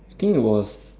I think it was